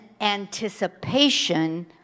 anticipation